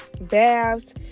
baths